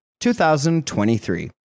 2023